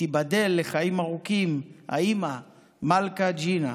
ותיבדל לחיים ארוכים האימא מלכה ג'ינה,